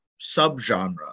subgenre